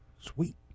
Sweet